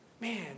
Man